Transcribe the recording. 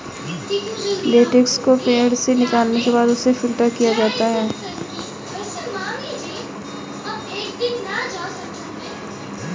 latex को पेड़ से निकालने के बाद उसे फ़िल्टर किया जाता है